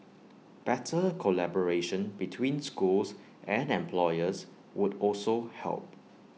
better collaboration between schools and employers would also help